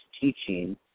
teaching